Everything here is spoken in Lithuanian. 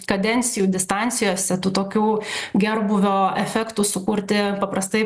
kadencijų distancijose tų tokių gerbūvio efektų sukurti paprastai